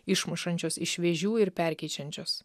išmušančios iš vėžių ir perkeičiančios